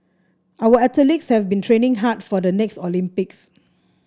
our athletes have been training hard for the next Olympics